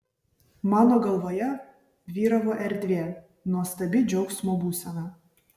mano galvoje vyravo erdvė nuostabi džiaugsmo būsena